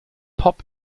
pop